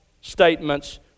statements